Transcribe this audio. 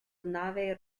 n’avait